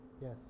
Yes